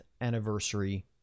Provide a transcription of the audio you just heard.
anniversary